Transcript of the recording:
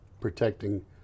protecting